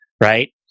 right